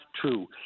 true